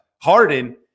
Harden